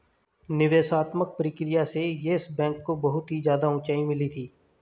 निवेशात्मक प्रक्रिया से येस बैंक को बहुत ही ज्यादा उंचाई मिली थी